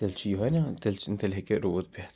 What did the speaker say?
تیٚلہِ چھِ یِہوے نا تیٚلہِ چھِ تیٚلہِ ہیٚکہِ روٗد پیٚتھ